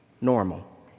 normal